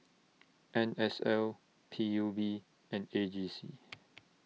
N S L P U B and A G C